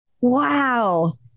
Wow